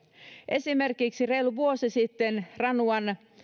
esimerkiksi reilu vuosi sitten ranuan